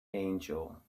angel